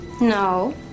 No